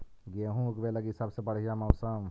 गेहूँ ऊगवे लगी सबसे बढ़िया मौसम?